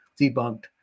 debunked